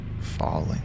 Falling